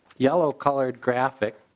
yellow colored graphic